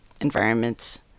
environments